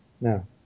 No